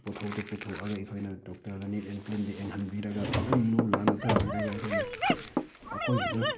ꯄꯣꯊꯣꯛꯇꯣ ꯄꯨꯊꯣꯛꯑꯒ ꯑꯩꯈꯣꯏꯅ ꯗꯣꯛꯇꯔꯗ ꯅꯤꯠ ꯑꯦꯟ ꯀ꯭ꯂꯤꯟꯗ ꯌꯦꯡꯍꯟꯕꯤꯔꯒ ꯐꯖꯅ ꯂꯨ ꯅꯥꯟꯅ ꯊꯝꯕꯤꯔꯒ ꯑꯩꯈꯣꯏꯒꯤ ꯑꯀꯣꯏꯕꯗꯨ